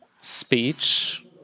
speech